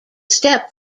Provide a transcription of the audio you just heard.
step